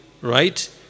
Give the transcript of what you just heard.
right